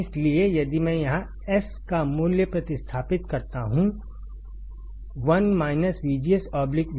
इसलिए यदि मैं यहाँ S का मूल्य प्रतिस्थापित करता हूं 1 VGS V p